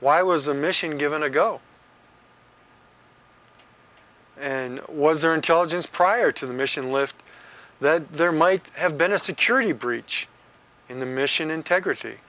why was the mission given to go and was there intelligence prior to the mission lift that there might have been a security breach in the mission integrity